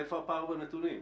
מאיפה הפער בנתונים?